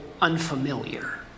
unfamiliar